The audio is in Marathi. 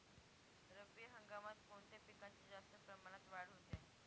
रब्बी हंगामात कोणत्या पिकांची जास्त प्रमाणात वाढ होते?